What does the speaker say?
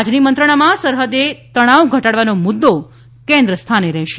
આજની મંત્રાણામાં સરહદે તણાવ ઘટાડવાનો મુદ્દો કેન્ન સ્થાને રહેશે